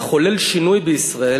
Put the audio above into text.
לחולל שינוי בישראל